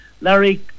Larry